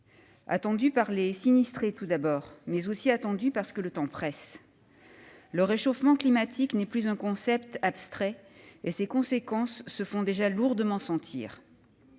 tout par les sinistrés, mais il l'est aussi parce que le temps presse. Le réchauffement climatique n'est plus un concept abstrait, et ses conséquences se font déjà lourdement sentir.